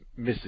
Mrs